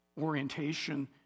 orientation